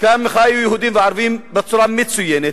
שם חיו יהודים וערבים בצורה מצוינת.